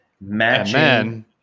matching